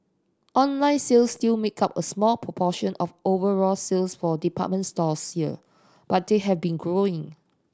online sales still make up a small proportion of overall sales for department stores here but they have been growing